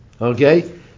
Okay